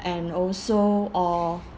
and also or